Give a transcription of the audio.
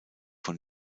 von